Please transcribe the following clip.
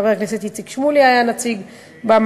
חבר הכנסת איציק שמולי היה נציג במל"ג,